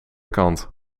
kant